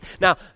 Now